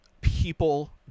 people